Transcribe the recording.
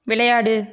விளையாடு